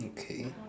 okay